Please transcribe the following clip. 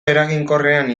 eraginkorrean